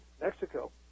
Mexico